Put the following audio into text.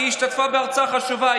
כי היא השתתפה בהרצאה חשובה.